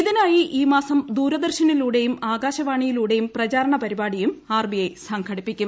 ഇതിനായി ഈ മാസം ദൂരദർശനിലൂടെയും ആകാശവാണിയിലൂടെയും പ്രചാരണ പരിപാടിയും ആർ ബി ഐ സംഘടിപ്പിക്കും